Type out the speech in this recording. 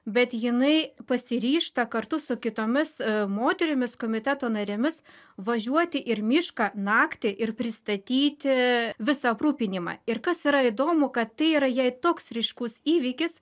bet jinai pasiryžta kartu su kitomis moterimis komiteto narėmis važiuoti ir mišką naktį ir pristatyti visą aprūpinimą ir kas yra įdomu kad tai yra jai toks ryškus įvykis